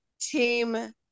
Team